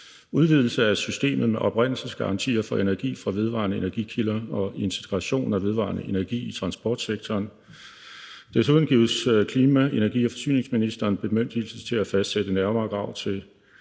udvidelse af systemet med oprindelsesgarantier for energi fra vedvarende energikilder og integration af vedvarende energi i transportsektoren. Desuden gives klima-, energi-, og forsyningsministeren bemyndigelse til at fastsætte nærmere krav til